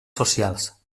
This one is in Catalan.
socials